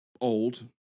old